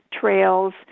trails